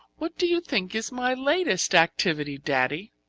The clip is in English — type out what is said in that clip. what do you think is my latest activity, daddy?